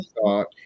thought